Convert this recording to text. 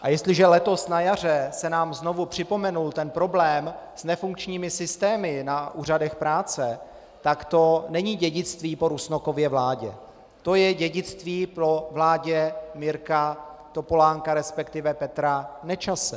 A jestliže letos na jaře se nám znovu připomenul ten problém s nefunkčními systémy na úřadech práce, tak to není dědictví po Rusnokově vládě, to je dědictví po vládě Mirka Topolánka, respektive Petra Nečase.